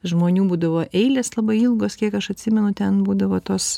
žmonių būdavo eilės labai ilgos kiek aš atsimenu ten būdavo tos